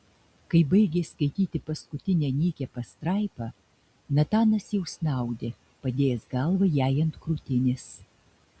kai baigė skaityti paskutinę nykią pastraipą natanas jau snaudė padėjęs galvą jai ant krūtinės